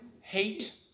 hate